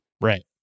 Right